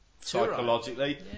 Psychologically